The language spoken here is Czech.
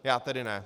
Já tedy ne.